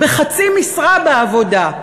בחצי משרה בעבודה,